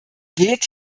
geht